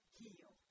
heal